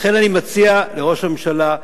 לכן אני מציע לראש הממשלה,